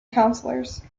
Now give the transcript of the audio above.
councilors